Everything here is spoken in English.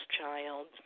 child